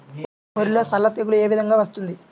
వరిలో సల్ల తెగులు ఏ విధంగా వస్తుంది?